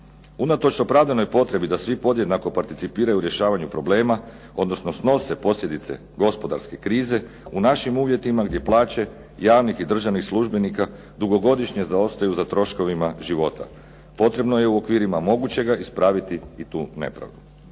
Unatoč opravdanoj potrebi da svi podjednako participiraju u rješavanju problema, odnosno snose posljedice gospodarske krize, u našim uvjetima gdje plaće javnih i državnih službenika dugogodišnje zaostaju za troškovima života. Potrebno je u okvirima mogućega ispraviti i tu nepravdu.